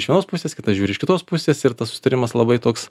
iš vienos pusės kitas žiūri iš kitos pusės ir tas susitarimas labai toks